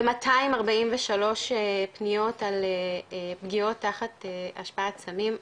ו-243 פניות פגיעות תחת השפעת סמים,